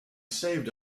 saved